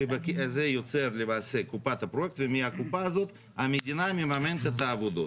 וזה יוצר למעשה קופת הפרויקט ומהקופה הזאת המדינה מממנת את העבודות.